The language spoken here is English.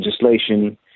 legislation